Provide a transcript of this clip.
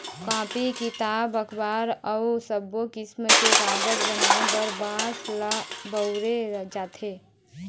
copy, किताब, अखबार अउ सब्बो किसम के कागज बनाए बर बांस ल बउरे जाथे